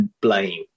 blame